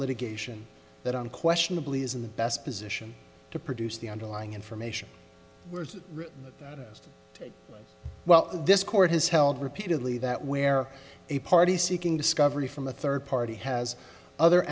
litigation that unquestionably is in the best position to produce the underlying information we're used to well this court has held repeatedly that where a party seeking discovery from a third party has other